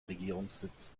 regierungssitz